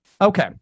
Okay